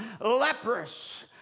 leprous